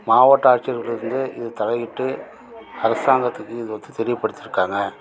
மாவட்ட ஆட்சியர்களுக்கு வந்து இது தலையிட்டு அரசாங்கத்துக்கு இது வந்து தெரியப்படுத்தியிருக்காங்க